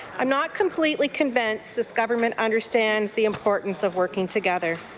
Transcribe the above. i'm not completely convinced this government understands the importance of working together.